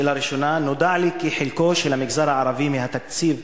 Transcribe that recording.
שאלה ראשונה: נודע לי כי חלקו של המגזר הערבי בתקציב